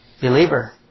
Believer